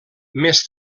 més